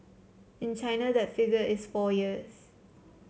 in China that figure is four years